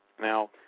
Now